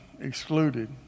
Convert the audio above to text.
excluded